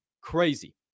crazy